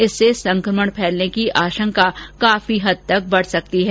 इससे संक्रमण फैलने की आशंका काफी हद तक बढ़ जाती है